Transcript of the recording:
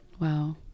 Wow